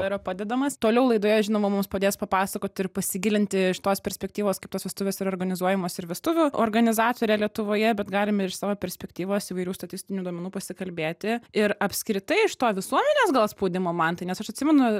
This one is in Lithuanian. yra padedamas toliau laidoje žinoma mums padės papasakoti ir pasigilinti iš tos perspektyvos kaip tos vestuvės yra organizuojamos ir vestuvių organizatorė lietuvoje bet galim ir iš savo perspektyvos įvairių statistinių duomenų pasikalbėti ir apskritai iš to visuomenės gal spaudimo mantai nes aš atsimenu